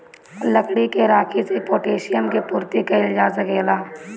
लकड़ी के राखी से पोटैशियम के पूर्ति कइल जा सकेला